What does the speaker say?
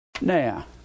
Now